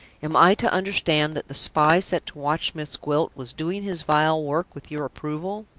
am i to understand that the spy set to watch miss gwilt was doing his vile work with your approval?